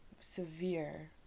severe